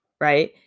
Right